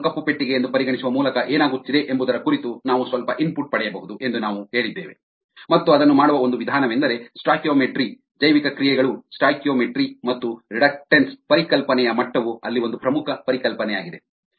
ಕೋಶವನ್ನು ಕಪ್ಪು ಪೆಟ್ಟಿಗೆಯೆಂದು ಪರಿಗಣಿಸುವ ಮೂಲಕ ಏನಾಗುತ್ತಿದೆ ಎಂಬುದರ ಕುರಿತು ನಾವು ಸ್ವಲ್ಪ ಇನ್ಪುಟ್ ಪಡೆಯಬಹುದು ಎಂದು ನಾವು ಹೇಳಿದ್ದೇವೆ ಮತ್ತು ಅದನ್ನು ಮಾಡುವ ಒಂದು ವಿಧಾನವೆಂದರೆ ಸ್ಟಾಯ್ಕಿಯೋಮೆಟ್ರಿ ಜೈವಿಕ ಕ್ರಿಯೆಗಳು ಸ್ಟಾಯ್ಕಿಯೋಮೆಟ್ರಿ ಮತ್ತು ರಿಡಕ್ಟನ್ಸ್ ಪರಿಕಲ್ಪನೆಯ ಮಟ್ಟವು ಅಲ್ಲಿ ಒಂದು ಪ್ರಮುಖ ಪರಿಕಲ್ಪನೆಯಾಗಿದೆ